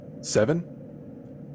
Seven